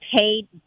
paid